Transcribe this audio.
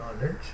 knowledge